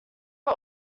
are